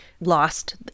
lost